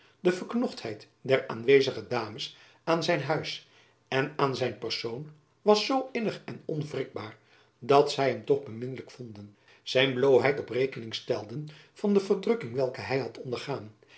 de verknochtheid der aanwezige dames aan zijn huis en aan zijn persoon was zoo innig en onwrikbaar dat zy hem toch beminnelijk vonden zijn blooheid op rekening stelden van de verdrukking welke hy had ondergaan